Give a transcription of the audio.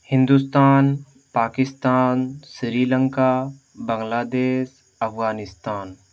Hindustan Pakistan Sri Lanka Bangladesh Afghanistan